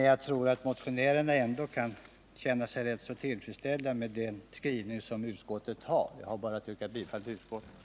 Jag tror att motionärerna kan känna sig tillfredsställda med utskottets skrivning. Herr talman! Jag ber att få yrka bifall till utskottets hemställan.